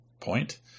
point